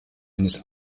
eines